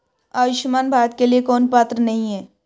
आयुष्मान भारत के लिए कौन पात्र नहीं है?